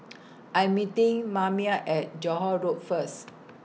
I'm meeting Maymie At Johore Road First